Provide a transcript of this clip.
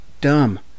dumb